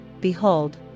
Behold